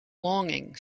longing